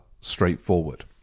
straightforward